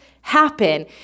happen